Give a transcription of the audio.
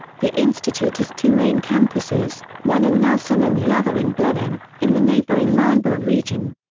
the institute has two main campuses, one in nelson and the other in blenheim, in the neighbouring marlborough region.